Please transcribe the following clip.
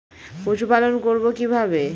পশুপালন করব কিভাবে?